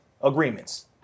agreements